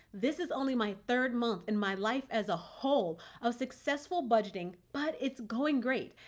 this is only my third month in my life as a whole of successful budgeting, but it's going great.